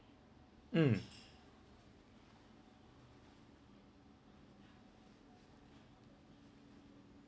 mm